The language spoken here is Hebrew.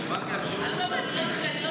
אני לא שומעת תשובה.